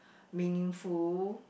meaningful